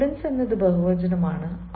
students എന്നതു ബഹുവചനംആണ്